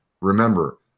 remember